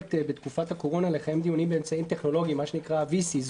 שמאפשרת בתקופת הקורונה לקיים דיונים באמצעים טכנולוגיים VC,